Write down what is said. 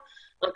בבקשה.